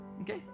Okay